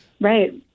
Right